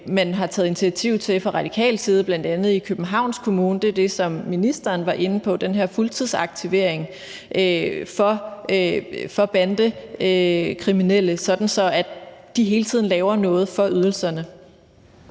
man har taget initiativ til fra radikal side, bl.a. i Københavns Kommune, er det, som ministeren var inde på, nemlig den her fuldtidsaktivering for bandekriminelle, sådan at de hele tiden laver noget for ydelserne.